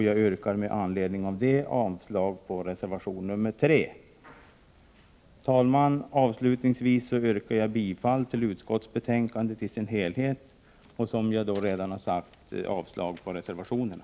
Jag yrkar med anledning av detta avslag på reservation 3. Herr talman! Avslutningsvis yrkar jag bifall till utskottets hemställan i dess helhet och, som jag redan sagt, avslag på reservationerna.